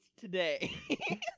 today